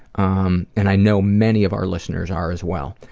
um and i know many of our listeners are as well.